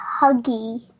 huggy